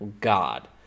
God